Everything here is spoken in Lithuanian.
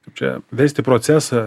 kaip čia vesti procesą